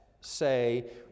say